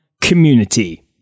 community